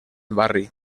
barri